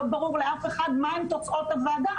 לא ברור לאף אחד מה הן תוצאות הוועדה.